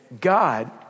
God